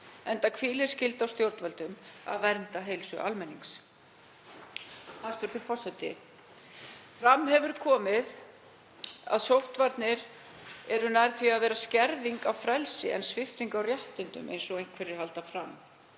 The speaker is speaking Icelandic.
enda hvílir sú skylda á stjórnvöldum að vernda heilsu almennings. Hæstv. forseti. Fram hefur komið að sóttvarnir eru nær því að vera skerðing á frelsi en svipting á réttindum, eins og einhverjir halda fram.